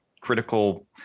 critical